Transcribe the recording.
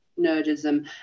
nerdism